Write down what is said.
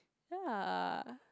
ya